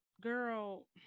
girl